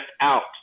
out